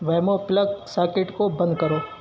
ویمو plug socket کو بند کرو